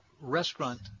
restaurant